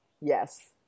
Yes